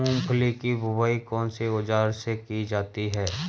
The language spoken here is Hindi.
मूंगफली की बुआई कौनसे औज़ार से की जाती है?